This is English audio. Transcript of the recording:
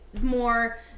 more